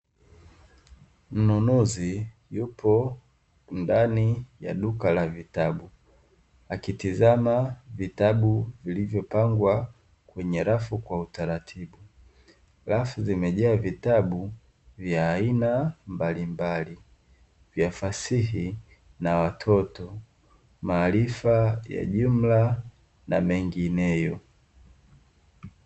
Mnunuzi yupo ndani ya duka la vitabu akitizama vitabu vilivyopangwa kwenye rafu kwa utaratibu, rafu zimejaa vitabu vya aina mbalimbali, vya fasihi na watoto, maarifa ya jumla na mengineyo.